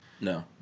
No